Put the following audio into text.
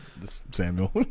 Samuel